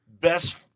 best